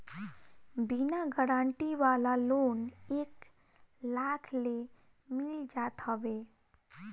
बिना गारंटी वाला लोन एक लाख ले मिल जात हवे